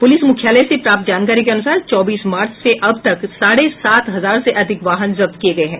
police मुख्यालय से प्राप्त जानकारी के अनुसार चौबीस मार्च से अब तक साढ़े सात हजार से अधिक वाहन जब्त किये गये हैं